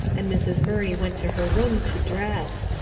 and mrs. murray went to her room to dress.